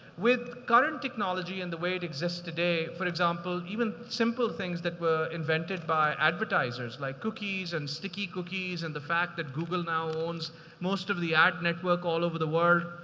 with current technology and the way it exists today, for example, even simple things that were invented by advertisers like cookies and sticky cookies, and the fact that google now owns most of the ad network all over the world.